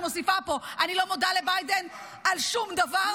נאור שירי,